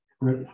Right